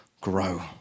grow